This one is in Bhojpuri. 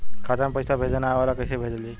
खाता में पईसा भेजे ना आवेला कईसे भेजल जाई?